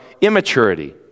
immaturity